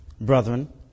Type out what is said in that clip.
brethren